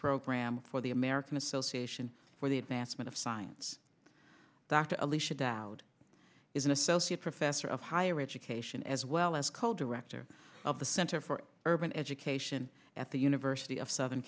program for the american association for the advancement of science dr lee should out is an associate professor of higher education as well as co director of the center for urban education at the university of southern